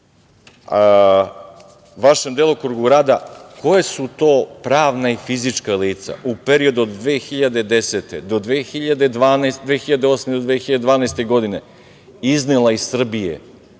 vašem delokrugu rada, koja su to pravna i fizička lica u periodu od 2008. do 2012. godine iznela iz Srbije